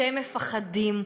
אתם מפחדים.